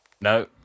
No